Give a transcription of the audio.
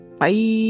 Bye